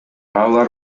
алар